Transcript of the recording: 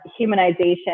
humanization